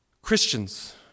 Christians